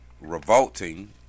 revolting